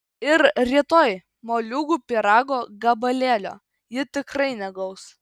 ir rytoj moliūgų pyrago gabalėlio ji tikrai negaus